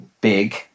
big